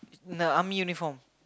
in the army uniform